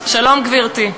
שלום, גברתי.